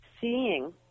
seeing